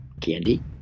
candy